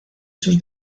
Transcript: sus